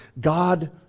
God